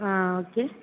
ആ ഓക്കേ